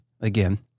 again